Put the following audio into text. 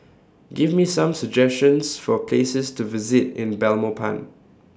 Give Me Some suggestions For Places to visit in Belmopan